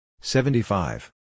seventy-five